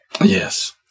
Yes